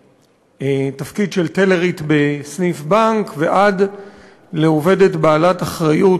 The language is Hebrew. מהתפקיד של טלרית בסניף בנק ועד לעובדת בעלת אחריות,